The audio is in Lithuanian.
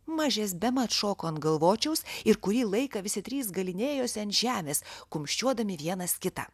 mažės bemat šoko ant galvočiaus ir kurį laiką visi trys galynėjosi ant žemės kumščiuodami vienas kitą